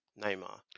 Neymar